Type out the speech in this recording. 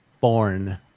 born